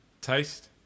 Taste